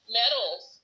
medals